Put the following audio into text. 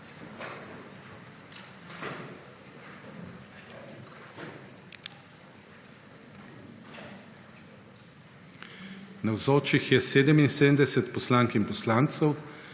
Navzočih je 77 poslank in poslancev,